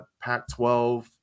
Pac-12